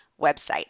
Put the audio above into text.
website